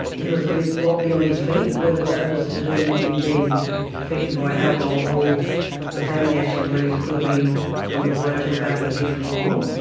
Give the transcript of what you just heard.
he was a bit wobbly on his feet. whether that was to do with him being affected by alcohol or the family actually believes it could have been from the blow to the back of the head from the bottle.